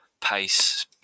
pace